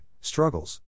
struggles